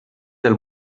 del